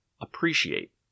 appreciate